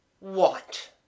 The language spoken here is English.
Want